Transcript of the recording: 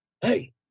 hey